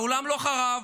העולם לא חרב,